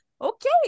Okay